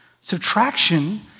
Subtraction